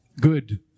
good